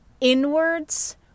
inwards